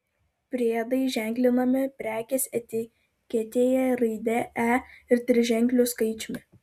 priedai ženklinami prekės etiketėje raidė e ir triženkliu skaičiumi